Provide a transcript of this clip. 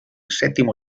settimo